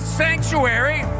sanctuary